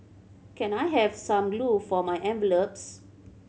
can I have some glue for my envelopes